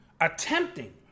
attempting